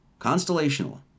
Constellational